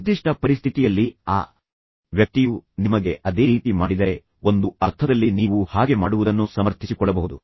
ನಿರ್ದಿಷ್ಟ ಪರಿಸ್ಥಿತಿಯಲ್ಲಿ ಆ ವ್ಯಕ್ತಿಯು ನಿಮಗೆ ಅದೇ ರೀತಿ ಮಾಡಿದರೆ ಒಂದು ಅರ್ಥದಲ್ಲಿ ನೀವು ಹಾಗೆ ಮಾಡುವುದನ್ನು ಸಮರ್ಥಿಸಿಕೊಳ್ಳಬಹುದು